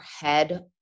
head